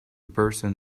person